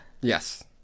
Yes